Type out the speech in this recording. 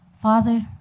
Father